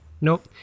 Nope